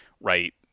right